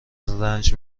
رنج